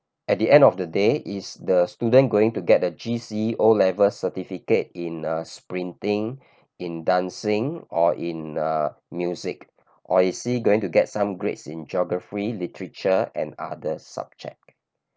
at the end of the day is the student going to get a G_C O-level certificate in uh sprinting in dancing or in uh music or is he going to get some grades in geography literature and other subject